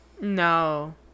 no